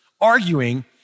arguing